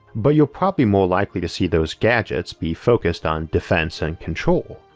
but you're probably more likely to see those gadgets be focused on defense and control,